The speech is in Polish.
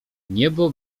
niebo